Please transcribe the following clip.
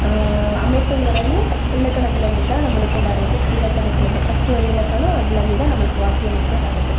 அமைப்புங்கிறது இலக்கணத்திலேருந்துதான் நம்மளுக்கு வருது இலக்கணத்திலேருந்து ஃபஸ்ட் ஒரு இலக்கணம் அதிலேருந்துதான் நம்மளுக்கு வாக்கிய அமைப்பு வருது